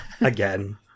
Again